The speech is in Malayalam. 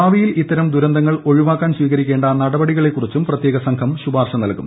ഭാവിയിൽ ഇത്തരം ദുരന്തങ്ങൾ ഒഴിവാക്കാൻ സ്വീകരിക്കേണ്ട നടപടികളെക്കുറിച്ചും പ്രത്യേക സംഘം ശുപാർശ നൽകും